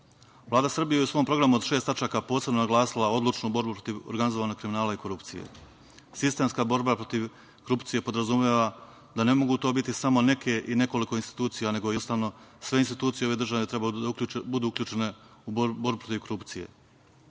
Vlada Srbije u svom programu od šest tačaka je posebno naglasila odlučnu borbu protiv organizovanog kriminala i korupcije. Sistemska borba protiv korupcije podrazumeva da ne mogu to biti samo neke i nekoliko institucija, nego jednostavno sve institucije ove države treba da budu uključene u borbu protiv korupcije.